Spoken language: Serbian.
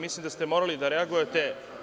Mislim da ste morali da reagujete.